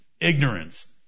ignorance